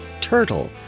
Turtle